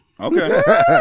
okay